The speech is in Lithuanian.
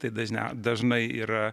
tai dažniau dažnai yra